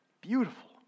Beautiful